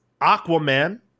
Aquaman